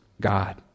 God